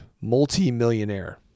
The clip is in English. multi-millionaire